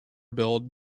build